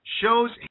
shows